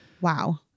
Wow